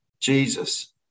Jesus